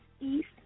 East